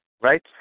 right